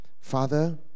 Father